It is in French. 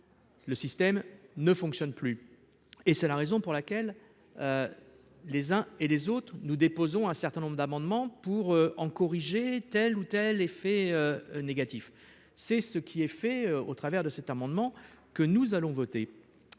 Le système ne fonctionne plus et c'est la raison pour laquelle les uns et les autres nous déposons un certain nombre d'amendements pour en corriger telle ou telle effets négatifs, c'est ce qui est fait au travers de cet amendement que nous allons voter,